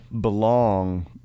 belong